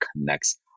connects